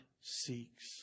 seeks